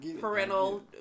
parental